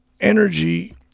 energy